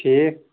ٹھیٖک